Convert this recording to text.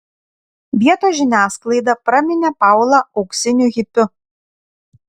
vietos žiniasklaida praminė paulą auksiniu hipiu